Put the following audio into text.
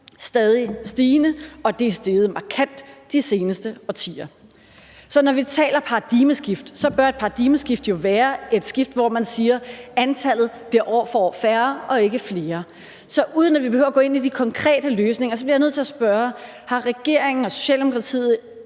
stadig stigende, og det er steget markant de seneste årtier. Så når vi taler paradigmeskift, bør et paradigmeskift jo være et skift, hvor man siger, at antallet år for år bliver mindre og ikke større. Så uden at vi behøver at gå ind i de konkrete løsninger, bliver jeg nødt til at spørge, om vi kan forvente, at regeringen og Socialdemokratiet